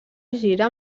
gira